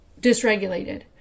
dysregulated